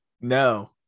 No